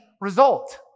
result